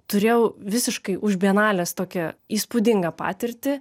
turėjau visiškai už bienalės tokią įspūdingą patirtį